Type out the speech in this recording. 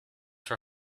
for